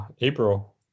April